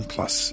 Plus